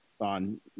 on